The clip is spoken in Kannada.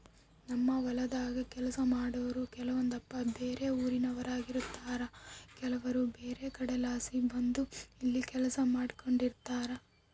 ನಮ್ಮ ಹೊಲದಾಗ ಕೆಲಸ ಮಾಡಾರು ಕೆಲವೊಂದಪ್ಪ ಬ್ಯಾರೆ ಊರಿನೋರಾಗಿರುತಾರ ಕೆಲವರು ಬ್ಯಾರೆ ಕಡೆಲಾಸಿ ಬಂದು ಇಲ್ಲಿ ಕೆಲಸ ಮಾಡಿಕೆಂಡಿರ್ತಾರ